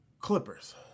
clippers